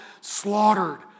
slaughtered